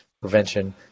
prevention